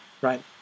right